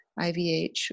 IVH